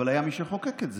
אבל היה מי שחוקק את זה.